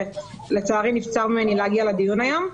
ולצערי נבצר ממני להגיע לדיון היום.